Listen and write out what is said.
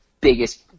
biggest